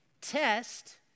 test